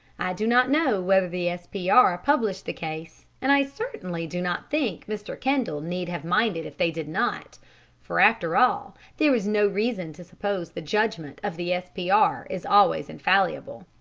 do not know whether the s p r. published the case, and i certainly do not think mr. kendall need have minded if they did not for after all there is no reason to suppose the judgment of the s p r. is always infallible.